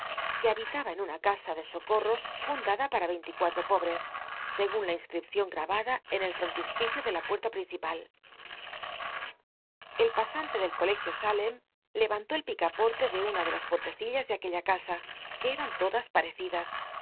e habitaba en una casa de socorros fundada para veinte y cuatro pobres segun la inscripcion gtabada en el fi'ontispicio de la puer'la ptincipal el pasa nte del colegio s rlcm leantó el picapote de una de las pucrlccillas de aquella ea a biblioteca nacional de españa da vid copperfield que eran todas parecidas